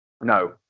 No